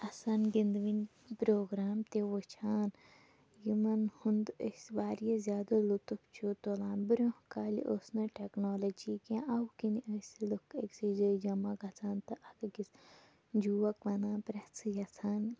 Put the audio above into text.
آسن گِندوٕنۍ پروگرام تہِ وٕچھان یِمن ہُند أسۍ واریاہ زیادٕ لُطُف چھِ تُلان برنہہ کالہِ ٲس نہٕ ٹیکنولجی کیٚنہہ اَوٕ کِنۍ ٲسۍ لُکھ أکسٕے جایہِ جمع گژھان تہٕ اکھ أکِس جوک وَنان پریژٕھ یَژھان